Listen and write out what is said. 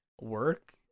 work